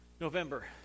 November